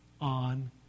on